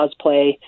cosplay